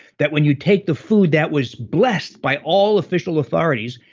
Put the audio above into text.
that when you take the food that was blessed by all official authorities,